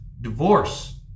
divorce